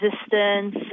resistance